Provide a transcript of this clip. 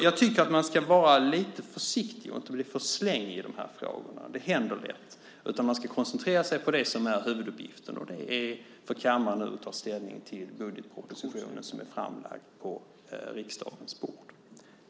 Jag tycker att man ska vara lite försiktig och inte bli för slängig i de här frågorna - det händer lätt - utan man ska koncentrera sig på det som är huvuduppgiften, och det är för kammaren nu att ta ställning till den budgetproposition som är framlagd på riksdagens bord.